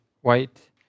white